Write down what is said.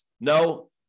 No